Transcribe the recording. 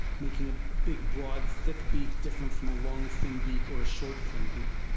making a big, broad thick beak different from long, thin beak or a short, thin beak.